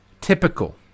typical